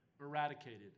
eradicated